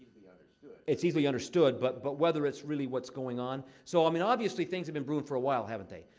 it's yeah it's easily understood, but but whether it's really what's going on so, i mean, obviously, things have been brewing for a while, haven't they?